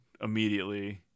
immediately